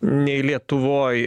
nei lietuvoj